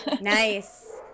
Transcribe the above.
nice